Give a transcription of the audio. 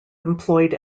employed